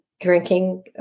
drinking